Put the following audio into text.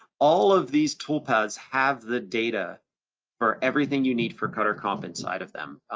all of these toolpaths have the data for everything you need for cutter competence side of them.